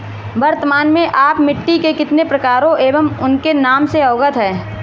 वर्तमान में आप मिट्टी के कितने प्रकारों एवं उनके नाम से अवगत हैं?